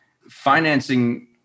Financing